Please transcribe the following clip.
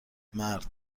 مرد